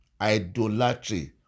idolatry